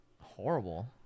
horrible